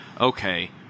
okay